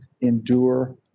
Endure